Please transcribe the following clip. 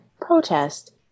protest